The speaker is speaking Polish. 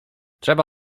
trzeba